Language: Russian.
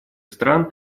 стран